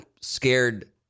scared—